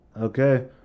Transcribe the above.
Okay